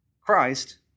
Christ